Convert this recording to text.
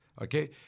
Okay